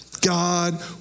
God